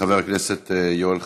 חבר הכנסת יואל חסון,